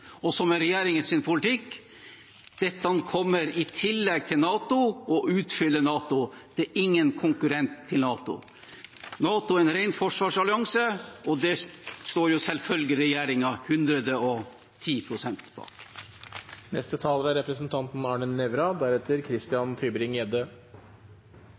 og som er regjeringens politikk: Dette kommer i tillegg til NATO og utfyller NATO, det er ingen konkurrent til NATO. NATO er en ren forsvarsallianse, og det står selvfølgelig regjeringen 110 prosent bak.